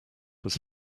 was